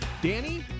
Danny